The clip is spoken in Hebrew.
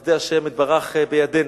בחסדי השם יתברך, בידינו,